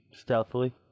stealthily